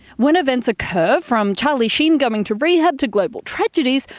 when events occur, from charlie sheen going to rehab to global tragedies,